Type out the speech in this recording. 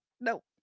Nope